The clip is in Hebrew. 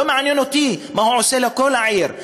לא מעניין אותי מה הוא עושה לכל העיר,